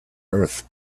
earth